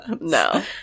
No